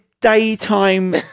daytime